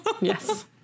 Yes